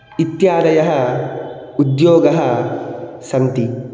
इत्यादयः उद्योगाः सन्ति